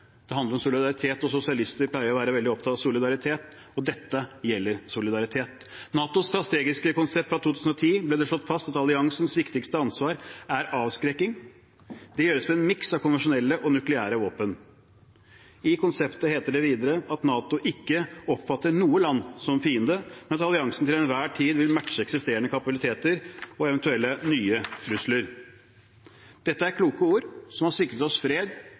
Det handler om solidaritet. Sosialister pleier å være veldig opptatt av solidaritet, og dette gjelder solidaritet. I NATOs strategiske konsept av 2010 ble det slått fast at alliansens viktigste ansvar er avskrekking. Det gjøres med en miks av konvensjonelle og nukleære våpen. I konseptet heter det videre at NATO ikke oppfatter noe land som fiende, mens alliansen til enhver tid vil matche eksisterende kapabiliteter og eventuelle nye trusler. Dette er kloke ord, som har sikret oss fred,